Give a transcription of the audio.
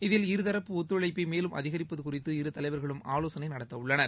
இதில் இருதரப்பு ஒத்துழைப்பை மேலும் அதிகரிப்பது குறித்து இரு தலைவர்களும் ஆலோசனை நடத்தவுள்ளனர்